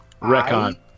Recon